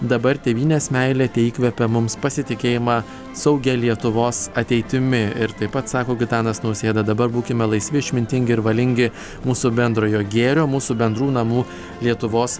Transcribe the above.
dabar tėvynės meilė teįkvepia mums pasitikėjimą saugia lietuvos ateitimi ir taip pat sako gitanas nausėda dabar būkime laisvi išmintingi ir valingi mūsų bendrojo gėrio mūsų bendrų namų lietuvos